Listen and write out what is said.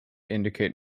indicate